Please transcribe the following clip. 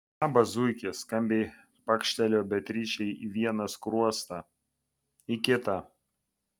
labas zuiki skambiai pakštelėjo beatričei į vieną skruostą į kitą